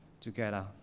together